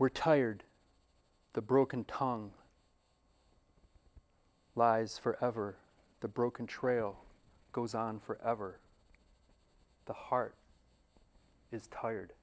we're tired the broken tong lies forever the broken trail goes on forever the heart is tired